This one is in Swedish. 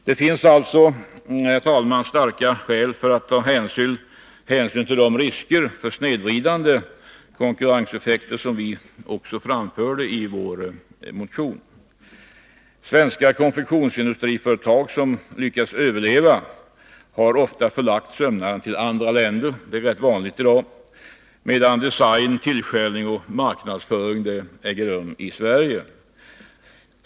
Det finns också, herr talman, starka skäl att ta hänsyn till de risker för snedvridande konkurrenseffekter som vi framför i vår motion. Svenska konfektionsindustriföretag som lyckats överleva har ofta förlagt sömnaden till andra länder — det är rätt vanligt i dag — medan design, tillskärning och marknadsföring legat i Sverige.